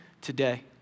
today